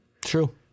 True